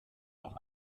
durch